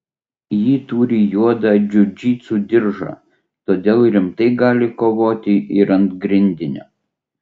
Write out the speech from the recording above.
ji turi juodą džiudžitsu diržą todėl rimtai gali kovoti ir ant grindinio